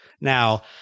now